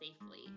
safely